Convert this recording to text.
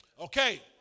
Okay